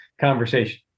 conversation